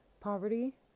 poverty